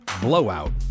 Blowout